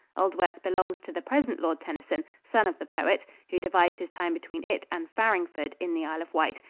aldworth belongs to the present lord tennyson, son of the poet, who divides his time between it and farringford in the isle of wight,